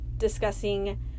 discussing